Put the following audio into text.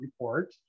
report